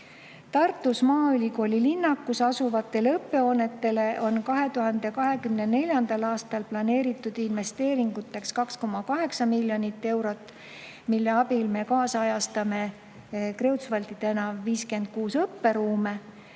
Tartus maaülikooli linnakus asuvatele õppehoonetele on 2024. aastal planeeritud investeeringuteks 2,8 miljonit eurot, mille abil me kaasajastame Kreutzwaldi tänav 56 õpperuume,